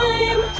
Time